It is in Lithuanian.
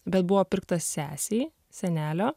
bet buvo pirktas sesei senelio